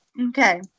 Okay